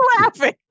laughing